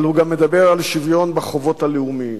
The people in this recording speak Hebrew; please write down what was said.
אבל הוא גם מדבר על שוויון בחובות הלאומיים.